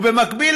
ובמקביל,